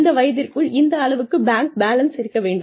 இந்த வயதிற்குள் இந்த அளவுக்கு பேங்க் பேலன்ஸ் இருக்க வேண்டும்